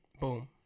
Boom